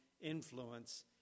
influence